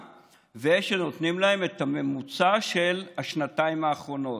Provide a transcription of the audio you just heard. ושנותנים להם את הממוצע של השנתיים האחרונות,